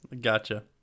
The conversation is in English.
Gotcha